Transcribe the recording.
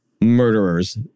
murderers